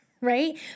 right